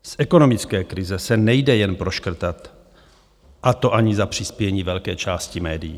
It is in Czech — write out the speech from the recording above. Z ekonomické krize se nejde jen proškrtat, a to ani za přispění velké části médií.